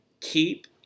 keep